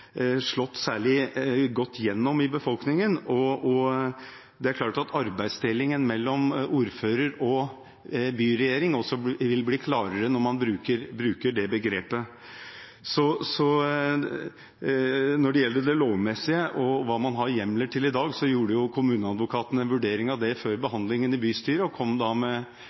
slått særlig godt gjennom i befolkningen, og det er klart at arbeidsdelingen mellom ordfører og byregjering også vil bli klarere når man bruker det begrepet. Når det gjelder det lovmessige og hva man har hjemler til i dag, gjorde kommuneadvokaten en vurdering av det før behandlingen i bystyret og kom